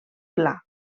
pla